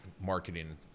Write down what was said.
marketing